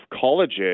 colleges